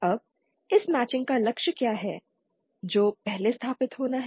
अब इस मैचिंग का लक्ष्य क्या है जो पहले स्थापित होना है